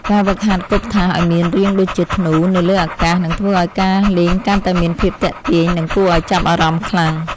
ការហ្វឹកហាត់គប់ថាសឱ្យមានរាងដូចជាធ្នូនៅលើអាកាសនឹងធ្វើឱ្យការលេងកាន់តែមានភាពទាក់ទាញ និងគួរឱ្យចាប់អារម្មណ៍ខ្លាំង។